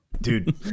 Dude